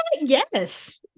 Yes